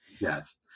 Yes